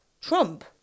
Trump